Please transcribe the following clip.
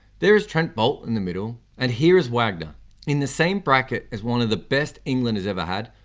there is trent boult in the middle. and here is wagner in the same bracket as one of the best england has ever had,